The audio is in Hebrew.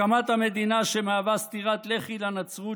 הקמת המדינה שמהווה סטירת לחי לנצרות,